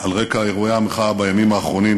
על רקע אירועי המחאה בימים האחרונים.